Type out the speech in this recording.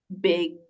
big